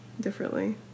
differently